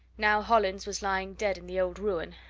now hollins was lying dead in the old ruin,